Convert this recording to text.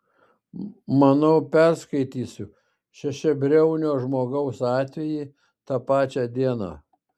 manau perskaitysiu šešiabriaunio žmogaus atvejį tą pačią dieną